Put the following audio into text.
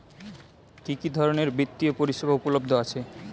কি কি ধরনের বৃত্তিয় পরিসেবা উপলব্ধ আছে?